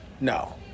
No